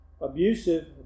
abusive